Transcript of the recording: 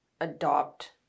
adopt